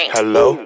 Hello